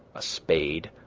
a spade,